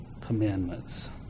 commandments